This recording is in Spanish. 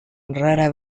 rara